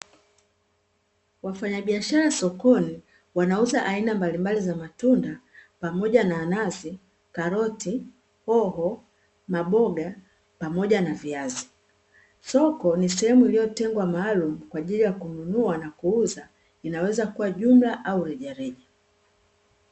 Wafanyabiashara sokoni wanauza aina mbalimbali za matunda pamoja na nazi, karoti, hoho, na mboga pamoja na viziazi. Soko ni sehemu iliyorngwa maalumu kwa ajili ya kununua na kuuza, inaweza kuwa jumla au rejareja.